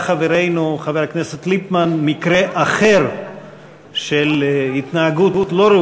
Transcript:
חברנו חבר הכנסת ליפמן מקרה אחר של התנהגות לא